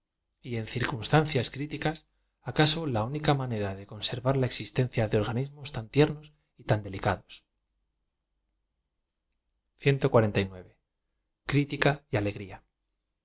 y en cir cunstancias criticas acaso la única manera de con servar la existencia de organismos tan tiernos y tan delicados lá oruica y alegria